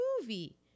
movie